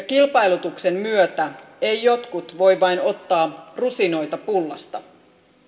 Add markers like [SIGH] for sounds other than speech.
[UNINTELLIGIBLE] kilpailutuksen myötä jotkut voi vain ottaa rusinoita pullasta